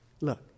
Look